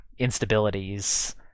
instabilities